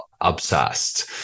obsessed